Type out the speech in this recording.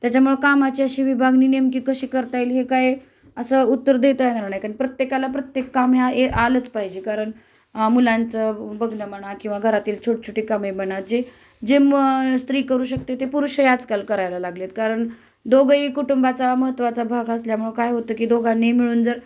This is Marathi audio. त्याच्यामुळं कामाची अशी विभागणी नेमकी कशी करता येईल हे काय असं उत्तर देता येणार ना नाही कारण प्रत्येकाला प्रत्येक काम ह्या हे आलंच पाहिजे कारण मुलांचं बघणं म्हणा किंवा घरातील छोटीछोटी कामे म्हणा जे जे मग स्त्री करू शकते ते पुरुषही आजकाल करायला लागले आहेत कारण दोघंही कुटुंबाचा महत्त्वाचा भाग असल्यामुळं काय होतं की दोघानीही मिळून जर